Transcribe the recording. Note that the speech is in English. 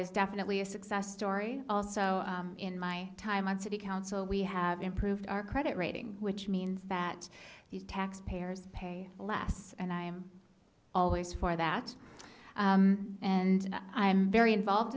is definitely a success story also in my time on city council we have improved our credit rating which means that these taxpayers pay less and i am always for that and i'm very involved